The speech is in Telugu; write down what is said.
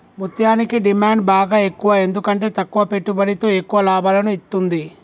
ముత్యనికి డిమాండ్ బాగ ఎక్కువ ఎందుకంటే తక్కువ పెట్టుబడితో ఎక్కువ లాభాలను ఇత్తుంది